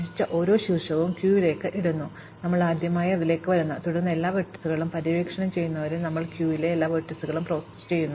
അതിനാൽ ഞങ്ങൾ സന്ദർശിച്ച ഓരോ ശീർഷകവും ക്യൂവിലേക്ക് ഇടുന്നു ഞങ്ങൾ ആദ്യമായി അതിലേക്ക് വരുന്നു തുടർന്ന് എല്ലാ വെർട്ടീസുകളും പര്യവേക്ഷണം ചെയ്യുന്നതുവരെ ഞങ്ങൾ ക്യൂവിലെ എല്ലാ വെർട്ടീസുകളും പ്രോസസ്സ് ചെയ്യുന്നു